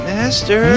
Master